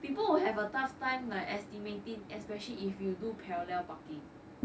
people will have a tough time like estimating especially if you do parallel parking